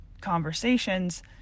conversations